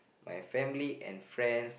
my family and friends